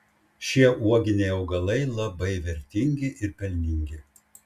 šie uoginiai augalai labai vertingi ir pelningi